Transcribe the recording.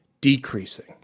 decreasing